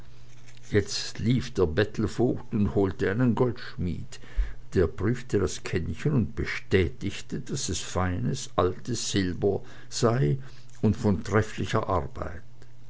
jetzt lief der bettelvogt und holte einen goldschmied der prüfte das kännchen und bestätigte daß es ein altes feines ding von silber sei und von trefflicher arbeit